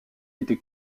été